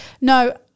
No